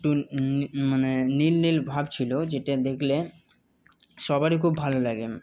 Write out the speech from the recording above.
একটু মানে নীল নীলভাব ছিল যেটা দেখলে সবারই খুব ভালো লাগে